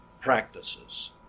practices